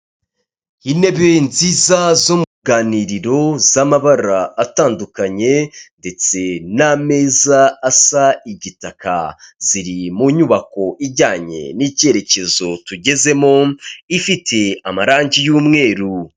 Intebe nziza zo mu ruganiriro z'amabara atandukanye ndetse n'ameza asa igitaka, ziri mu nyubako ijyanye n'icyerekezo tugezemo ifite amarangi y'umweru.